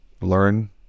learn